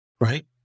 right